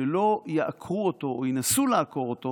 שלא יעקרו אותו או ינסו לעקור אותו